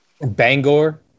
Bangor